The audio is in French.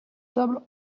table